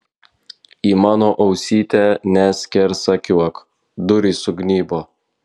į mano ausytę neskersakiuok durys sugnybo